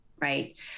right